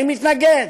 האם התנגד?